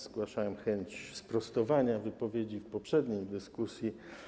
Zgłaszałem chęć sprostowania wypowiedzi w ramach poprzedniej dyskusji.